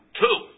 two